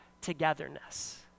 togetherness